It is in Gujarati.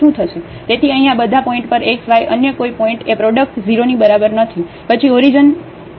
તેથી અહીં આ બધા પોઇન્ટ પર xy અન્ય કોઈ પોઇન્ટએ પ્રોડક્ટ 0 ની બરાબર નથી પછી ઓરીજીન 0 ની બરાબર નથી